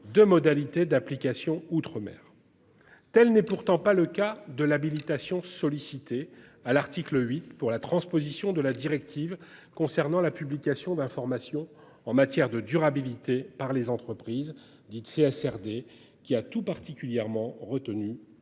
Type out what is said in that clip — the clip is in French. de modalités d'application outre-mer. Telle n'est pourtant pas le cas de l'habilitation sollicité à l'article 8 pour la transposition de la directive concernant la publication d'informations en matière de durabilité par les entreprises dites. Dès, qui a tout particulièrement retenu